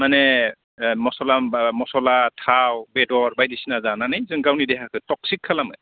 माने मसला मसला थाव बेदर बायदिसिना जानानै जों गावनि देहाखौ टक्सिक खालामो